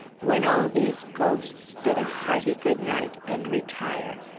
when all these ghosts bid a hearty good-night and retire.